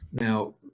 Now